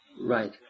Right